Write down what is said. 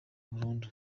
burundu